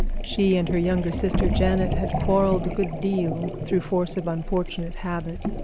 she and her younger sister, janet, had quarreled a good deal through force of unfortunate habit.